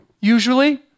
Usually